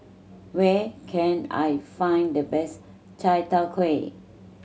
where can I find the best Chai Tow Kuay